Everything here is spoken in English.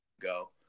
go